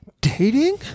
dating